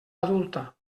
adulta